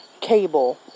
cable